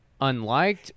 unliked